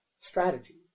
strategy